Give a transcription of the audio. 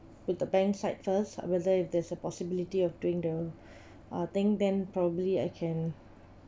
with the bank side first whether if there's a possibility of doing the uh thing then probably I can